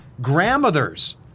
grandmother's